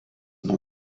nuo